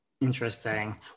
Interesting